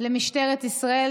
למשטרת ישראל